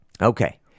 Okay